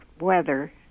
weather